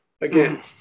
Again